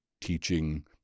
Teaching